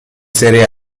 serie